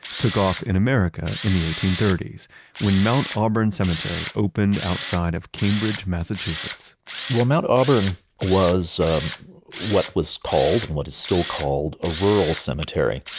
took off in america in the eighteen thirty s when mt. auburn cemetery opened outside of cambridge, massachusetts mount auburn was ah what was called, and what is still called, a rural cemetery.